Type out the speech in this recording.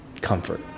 comfort